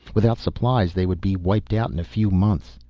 without supplies they would be wiped out in a few months.